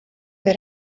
that